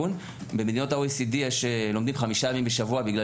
במדינות ה-OECD לומדים חמישה ימים בשבוע בגלל